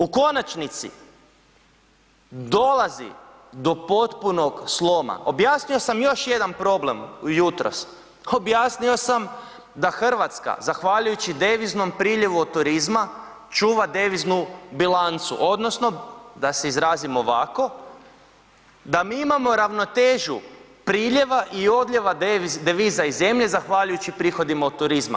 U konačnici, dolazi do potpunog sloma, objasnio sam još jedan problem jutros, objasnio sam da Hrvatska zahvaljujući deviznom priljevu od turizma čuva deviznu bilancu odnosno da se izrazim ovako, da mi imamo ravnotežu priljeva i odljeva deviza iz zemlje zahvaljujući prihodima od turizma.